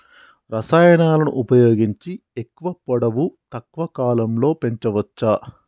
రసాయనాలను ఉపయోగించి ఎక్కువ పొడవు తక్కువ కాలంలో పెంచవచ్చా?